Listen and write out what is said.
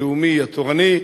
הלאומי, התורני,